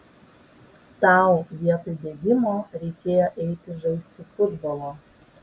tau vietoj bėgimo reikėjo eiti žaisti futbolo